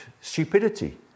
stupidity